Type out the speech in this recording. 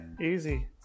Easy